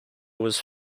was